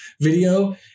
video